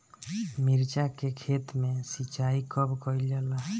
मिर्चा के खेत में सिचाई कब कइल जाला?